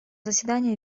заседания